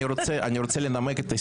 אין נמנעים.